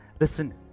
Listen